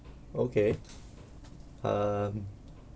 okay um